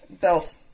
belt